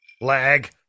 Lag